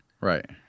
Right